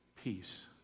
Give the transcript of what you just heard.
peace